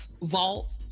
Vault